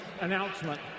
announcement